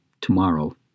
tomorrow